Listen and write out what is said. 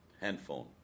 handphone